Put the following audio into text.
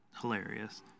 Hilarious